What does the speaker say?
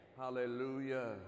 Hallelujah